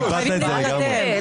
אנחנו חייבים להתקדם.